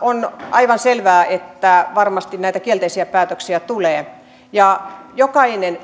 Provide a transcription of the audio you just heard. on aivan selvää että varmasti näitä kielteisiä päätöksiä tulee ja jokainen